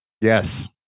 Yes